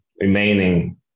remaining